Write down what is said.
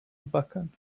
buchan